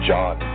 John